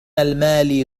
المال